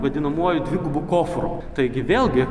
vadinamuoju dvigubu kofru taigi vėlgi